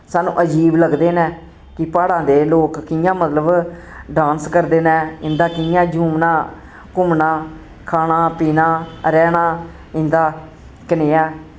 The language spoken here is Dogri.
साह्नू अजीब लगदे नै कि प्हाड़ां दे लोक कियां मतलव डांस करदे नै इंदा कियां झूमना घूमना खाना पीना रैह्ना इंदा कनेआ